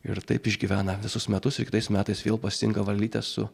ir taip išgyvena visus metus ir kitais metais vėl pasitinka varlytę su